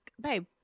babe